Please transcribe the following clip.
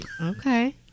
Okay